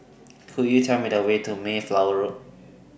Could YOU Tell Me The Way to Mayflower Road